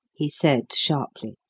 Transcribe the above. he said sharply.